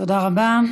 תודה רבה.